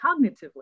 cognitively